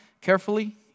carefully